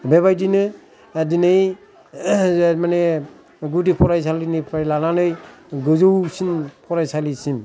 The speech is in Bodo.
बेबायदिनो दिनै माने गुदि फरायसालिनिफ्राय लानानै गोजाै सिन फरायसालिसिम